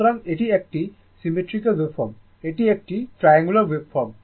সুতরাং এটি একটি সিমেট্রিক্যাল ওভফর্ম এটি একটি ট্রায়াঙ্গুলার ওভফর্ম